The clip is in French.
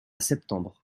septembre